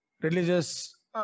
Religious